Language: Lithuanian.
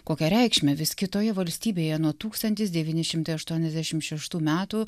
kokią reikšmę vis kitoje valstybėje nuo tūkstantis devyni šimtai aštuoniasdešim šeštų metų